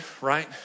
right